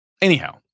Anyhow